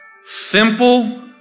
Simple